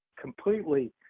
completely